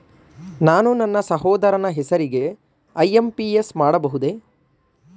ನಾನು ನನ್ನ ಸಹೋದರನ ಹೆಸರಿಗೆ ಐ.ಎಂ.ಪಿ.ಎಸ್ ಮಾಡಬಹುದೇ?